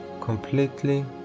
completely